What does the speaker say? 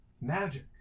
magic